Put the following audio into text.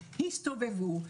הסתובבו,